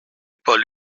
paul